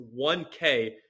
1K